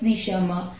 વિદ્યાર્થીઓ છે